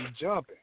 jumping